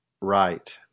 right